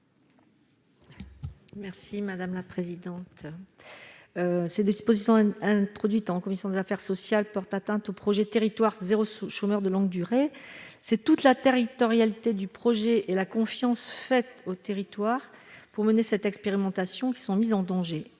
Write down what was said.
n° 15 rectifié. Ces dispositions introduites en commission des affaires sociales portent atteinte au projet « territoires zéro chômeur de longue durée ». C'est toute la territorialité du projet et la confiance accordée aux territoires pour mener cette expérimentation qui sont mises en danger.